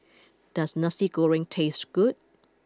does Nasi Goreng taste good